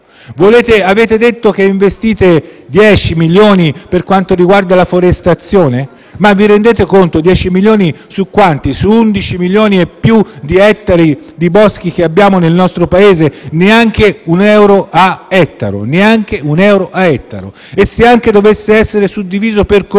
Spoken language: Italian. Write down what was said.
Avete detto che investite 10 milioni di euro per la forestazione? Ma vi rendete conto? 10 milioni su più di 11 milioni di ettari di boschi che abbiamo nel nostro Paese? Non è neanche un euro a ettaro. E se anche dovesse essere suddiviso per Comuni,